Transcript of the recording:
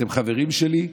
אתם חברים שלי.